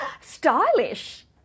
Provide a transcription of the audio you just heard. Stylish